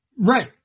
Right